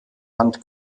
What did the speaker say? hand